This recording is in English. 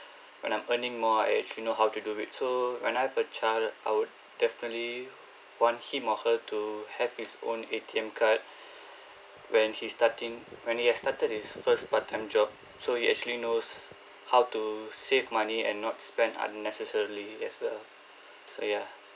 when I'm earning more I actually know how to do it so when I have a child I would definitely want him or her to have his own A_T_M card when he's starting when he has started his first part-time job so he actually knows how to save money and not spend unnecessarily as well so yeah